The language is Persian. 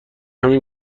همین